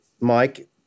Mike